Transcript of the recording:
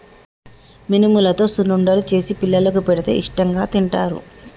మినుములతో సున్నుండలు చేసి పిల్లలకు పెడితే ఇష్టాంగా తింటారు